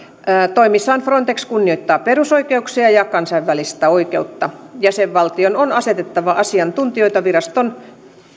toimissaan frontex kunnioittaa perusoikeuksia ja kansainvälistä oikeutta jäsenvaltion on asetettava asiantuntijoita viraston